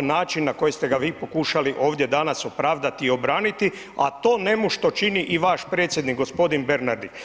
način na koji ste ga vi pokušali ovdje danas opravdati i obraniti a to nemušto čini i vaš Predsjednik g. Bernardić.